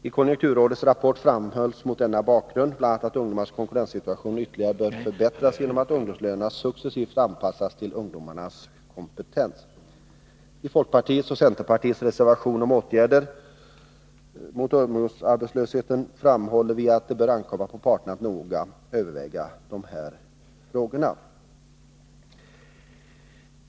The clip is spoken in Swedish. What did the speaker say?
I konjunkturrådets rapport framhålls mot denna bakgrund bl.a. att ungdomarnas konkurrenssituation ytterligare bör förbättras genom att ungdomslönerna successivt anpassas till ungdomarnas kompetens. I folkpartiets och centerpartiets reservation om åtgärder mot ungdomsarbetslösheten framhåller vi att det bör ankomma på parterna att noga överväga dessa frågor.